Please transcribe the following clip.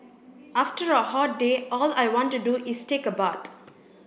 after a hot day all I want to do is take a bath